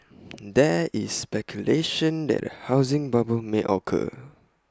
there is speculation that A housing bubble may occur